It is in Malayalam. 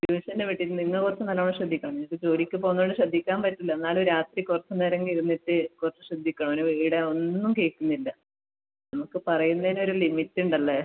ട്യൂഷന് വിട്ടിട്ട് നിങ്ങൾ കുറച്ച് നല്ല വണ്ണം ശ്രദ്ധിക്കണം നിങ്ങൾക്ക് ജോലിക്ക് പോവുന്നതു കൊണ്ട് ശ്രദ്ധിക്കാൻ പറ്റില്ല എന്നാലും രാത്രി കുറച്ച് നേരമെങ്കിലും ഇരുന്നിട്ട് കുറച്ച് ശ്രദ്ധിക്കണം അവന് ഇവിടെ ഒന്നും കേൾക്കുന്നില്ല നമ്മൾക്ക് പറയുന്നതിന് ഒരു ലിമിറ്റ് ഉണ്ട് അല്ലേ